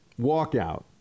walkout